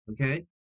okay